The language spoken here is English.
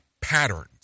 patterns